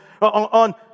on